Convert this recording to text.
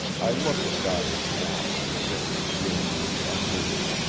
i looked at doddridge knapp, sitting grim and unmoved,